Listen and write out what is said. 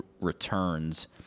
returns